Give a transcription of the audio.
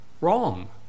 Wrong